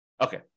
Okay